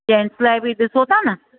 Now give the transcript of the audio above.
gents लाइ बि ॾिसो था न